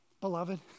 Beloved